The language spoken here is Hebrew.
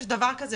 חה"כ מרגי.